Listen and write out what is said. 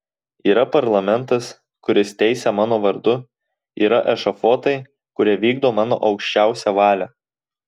yra parlamentas kuris teisia mano vardu yra ešafotai kurie vykdo mano aukščiausią valią